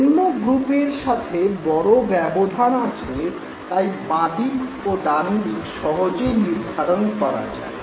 অন্য গ্রুপের সাথে বড় ব্যবধান আছে তাই বাঁদিক ও ডানদিক সহজেই নির্ধারণ করা যায়